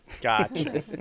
Gotcha